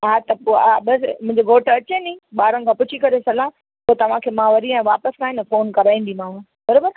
हा त पोइ हा बसि मुंहिंजो घोट अचे नी ॿारनि खां पुछी करे सलाह त तव्हांखे मां वरी वापसि सां ई फोन कराईंदीमांव बराबरि